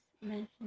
mention